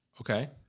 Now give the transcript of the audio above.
Okay